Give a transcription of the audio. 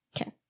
okay